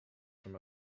from